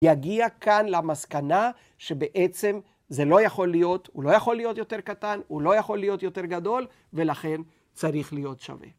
יגיע כאן למסקנה שבעצם זה לא יכול להיות. הוא לא יכול להיות יותר קטן, הוא לא יכול להיות יותר גדול, ולכן צריך להיות שווה.